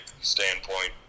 standpoint